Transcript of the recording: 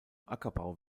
ackerbau